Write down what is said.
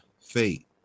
fate